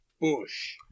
Bush